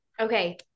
Okay